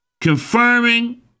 confirming